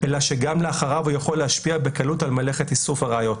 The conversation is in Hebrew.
אלא שגם לאחריו הוא יכול להשפיע בקלות על מלאכת איסוף הראיות.